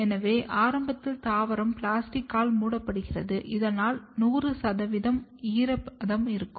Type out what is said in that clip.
எனவே ஆரம்பத்தில் தாவரம் பிளாஸ்டிக்கால் மூடப்பட்டிருக்கும் இதனால் 100 ஈரப்பதம் இருக்கும்